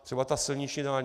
Třeba silniční daň.